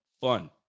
fun